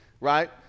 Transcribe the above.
right